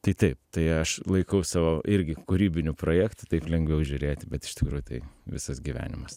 tai taip tai aš laikau savo irgi kūrybiniu projektu taip lengviau žiūrėti bet iš tikrųjų tai visas gyvenimas